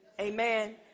Amen